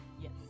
Yes